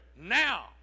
now